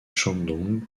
shandong